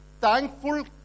Thankful